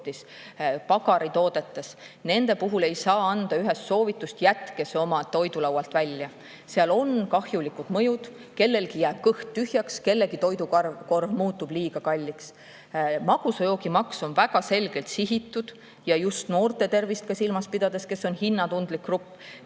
pagaritoodetes. Nende puhul ei saa anda ühest soovitust, et jätke see oma toidulaualt välja. Seal on kahjulikud mõjud, kellelgi jääb kõht tühjaks, kellegi toidukorv muutub liiga kalliks. Magusa joogi maks on väga selgelt sihitud ja on silmas peetud just noorte tervist. Noored on hinnatundlik grupp.